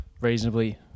reasonably